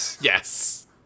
Yes